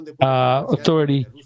authority